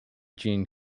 gene